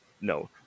no